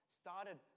started